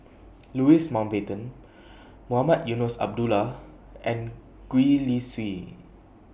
Louis Mountbatten Mohamed Eunos Abdullah and Gwee Li Sui